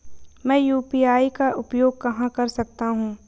मैं यू.पी.आई का उपयोग कहां कर सकता हूं?